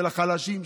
של החלשים,